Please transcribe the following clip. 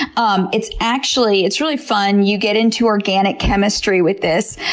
um it's actually, it's really fun. you get into organic chemistry with this.